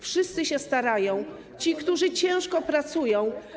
Wszyscy się starają - ci, którzy ciężko pracują.